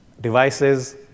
devices